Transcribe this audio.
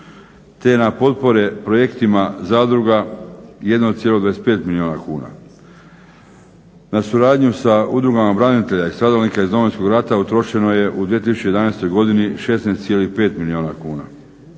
te na potpore projektima zadruga 1,25 milijuna kuna. Na suradnju sa udrugama branitelja i stradalnika iz Domovinskog rata utrošeno je u 2011. godini 16,5 milijuna kuna.